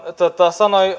sanoi